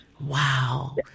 Wow